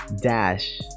dash